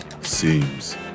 seems